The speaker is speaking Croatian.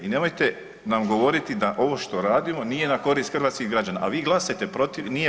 I nemojte nam govoriti da ovo što radimo nije na korist hrvatskih građana, a vi glasajte protiv, nije